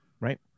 Right